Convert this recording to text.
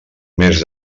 més